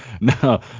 no